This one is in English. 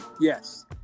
Yes